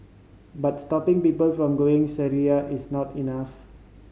but stopping people from going Syria is not enough